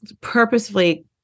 purposefully